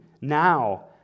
now